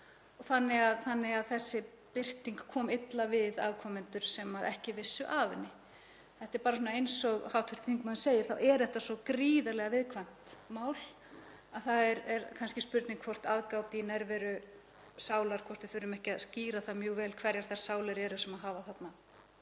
þannig að þessi birting kom illa við afkomendur sem ekki vissu af henni. Eins og hv. þingmaður segir þá er þetta svo gríðarlega viðkvæmt mál að það er kannski spurning hvort aðgát í nærveru sálar, hvort við þurfum ekki að skýra það mjög vel hverjar þær sálir eru sem hafa þarna